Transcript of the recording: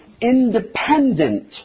independent